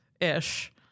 ish